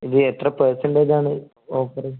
ഇത് എത്ര പെർസെൻ്റെജാണ് ഓഫറ്